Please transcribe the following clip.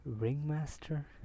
ringmaster